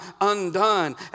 undone